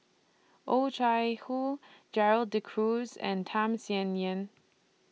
Oh Chai Hoo Gerald De Cruz and Tham Sien Yen